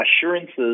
assurances